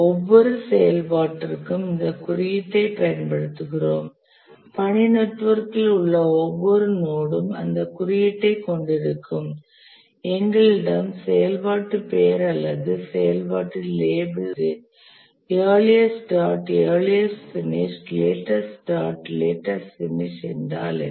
ஒவ்வொரு செயல்பாட்டிற்கும் இந்த குறியீட்டைப் பயன்படுத்துகிறோம் பணி நெட்வொர்க்கில் உள்ள ஒவ்வொரு நோடும் அந்த குறியீட்டைக் கொண்டிருக்கும் எங்களிடம் செயல்பாட்டு பெயர் அல்லது செயல்பாட்டின் லேபிள் உள்ளது earliest start earliest finish latest start latest finish என்றால் என்ன